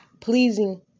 pleasing